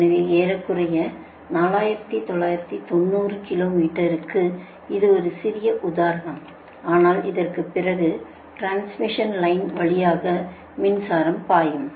எனவே ஏறக்குறைய 4990 கிலோ மீட்டருக்கு இது ஒரு சிறிய உதாரணம் ஆனால் இதற்குப் பிறகு டிரான்ஸ்மிஷன் லைன் வழியாக மின்சாரம் பாயும்